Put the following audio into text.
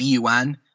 BUN